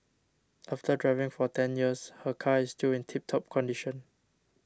after driving for ten years her car is still in tip top condition